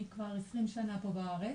אני כבר עשרים שנה פה בארץ.